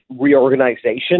reorganization